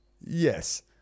Yes